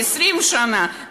20 שנה,